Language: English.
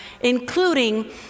including